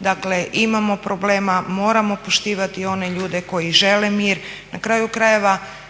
Dakle imamo problema, moramo poštivati one ljude koji žele mir, na kraju krajeva